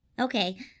Okay